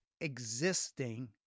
existing